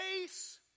face